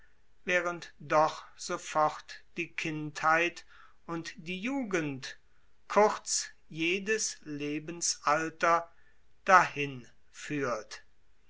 während doch sofort die kindheit und die jugend kurz jedes lebensalter